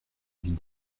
avis